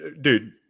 dude